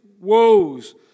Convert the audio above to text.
woes